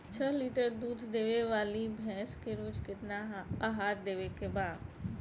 छह लीटर दूध देवे वाली भैंस के रोज केतना आहार देवे के बा?